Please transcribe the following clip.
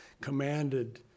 commanded